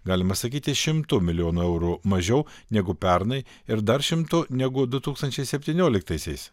galima sakyti šimtu milijonų eurų mažiau negu pernai ir dar šimtu negu du tūkstančiai septynioliktaisiais